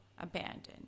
abandoned